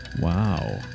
Wow